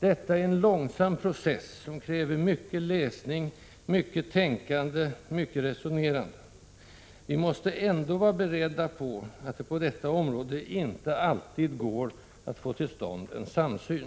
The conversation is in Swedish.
Detta är en långsam process, som kräver mycket läsning, mycket tänkande, mycket resonerande. Vi måste ändå vara beredda på att det på detta område inte alltid går att få till stånd en samsyn.